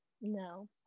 No